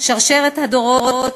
"שרשרת הדורות",